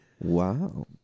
Wow